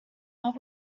what